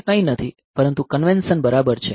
તે કંઈ નથી પરંતુ કન્વેન્શન બરાબર છે